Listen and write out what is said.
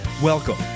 Welcome